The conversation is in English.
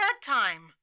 bedtime